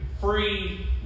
free